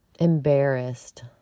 embarrassed